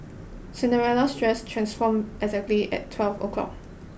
Cinderella's dress transformed exactly at twelve o'clock